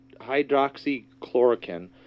hydroxychloroquine